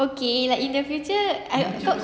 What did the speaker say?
okay like in the future I kau